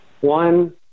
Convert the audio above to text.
One